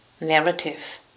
narrative